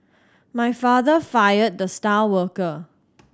my father fired the star worker